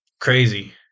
crazy